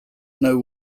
know